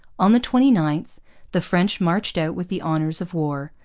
on the twenty ninth the french marched out with the honours of war,